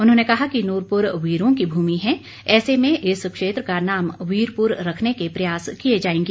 उन्होंने कहा कि नुरपुर वीरों की भूमि है ऐसे में इस क्षेत्र का नाम वीरपुर रखने के प्रयास किए जाएंगे